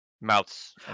mouths